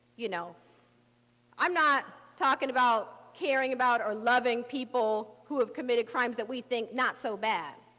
you know i'm not talking about caring about or loving people who have committed crimes that we think not so bad.